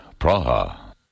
Praha